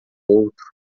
outro